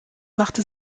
machte